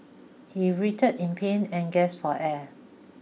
he writhed in pain and gasped for air